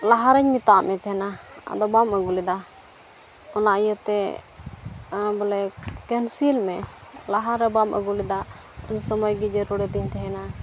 ᱞᱟᱦᱟᱨᱤᱧ ᱢᱮᱛᱟᱫ ᱢᱮ ᱛᱟᱦᱮᱱᱟ ᱟᱫᱚ ᱵᱟᱢ ᱟᱹᱜᱩ ᱞᱮᱫᱟ ᱚᱱᱟ ᱤᱭᱟᱹᱛᱮ ᱵᱚᱞᱮ ᱠᱮᱱᱥᱮᱹᱞ ᱢᱮ ᱞᱟᱦᱟᱨᱮ ᱵᱟᱢ ᱟᱹᱜᱩ ᱞᱮᱫᱟ ᱩᱱ ᱥᱚᱢᱚᱭ ᱜᱮ ᱡᱟᱹᱨᱩᱲ ᱟᱹᱫᱤᱧ ᱛᱟᱦᱮᱱᱟ